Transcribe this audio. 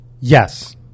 Yes